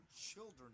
children